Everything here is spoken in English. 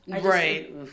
right